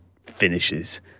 finishes